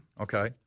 Okay